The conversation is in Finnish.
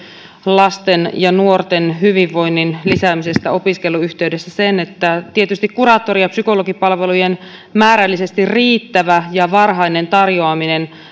lasten ja nuorten hyvinvoinnin lisäämisestä opiskelun yhteydessä että tietysti kuraattori ja psykologipalvelujen määrällisesti riittävä ja varhainen tarjoaminen